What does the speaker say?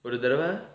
ஒரு தடவ:oru thadava